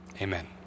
Amen